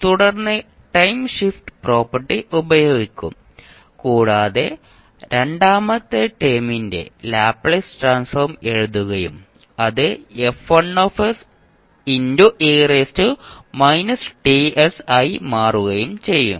തുടർന്ന് time shift property ഉപയോഗിക്കും കൂടാതെ രണ്ടാമത്തെ ടേമിന്റെ ലാപ്ലേസ് ട്രാൻസ്ഫോം എഴുതുകയും അത് ആയി മാറുകയും ചെയ്യും